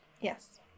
Yes